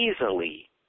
easily